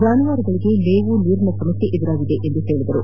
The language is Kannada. ಜಾನುವಾರುಗಳಿಗೆ ಮೇವು ನೀರಿನ ಸಮಸ್ಯೆ ಎದುರಾಗಿದೆ ಎಂದು ಹೇಳಿದರು